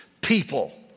people